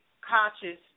conscious